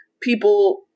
people